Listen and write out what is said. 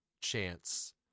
chance